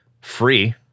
free